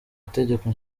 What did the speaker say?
itegeko